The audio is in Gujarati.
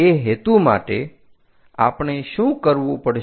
તે હેતુ માટે આપણે શું કરવું પડશે